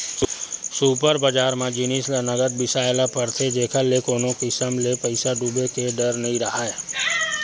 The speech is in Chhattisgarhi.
सुपर बजार म जिनिस ल नगद बिसाए ल परथे जेखर ले कोनो किसम ले पइसा डूबे के डर नइ राहय